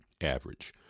average